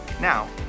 Now